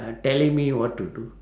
uh telling me what to do